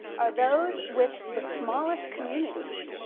are those with the smallest communities,